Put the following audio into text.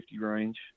range